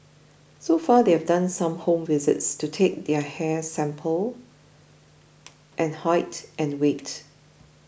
so far they've done some home visits to take their hair sample and height and weight